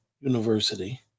University